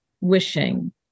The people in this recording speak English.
wishing